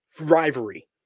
rivalry